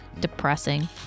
depressing